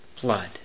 blood